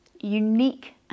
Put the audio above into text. unique